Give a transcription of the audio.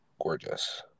gorgeous